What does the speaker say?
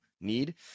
need